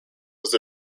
was